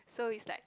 so it's like